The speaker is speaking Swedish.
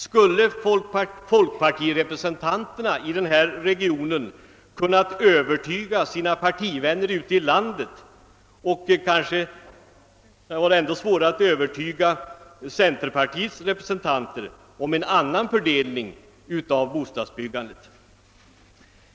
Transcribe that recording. Skulle folkpartirepresentanterna i denna region ha kunnat övertyga sina partivänner ute i landet — det hade kanske varit ännu svårare att övertyga centerpartiets representanter — om en annan fördelning av bostadsbyggandet?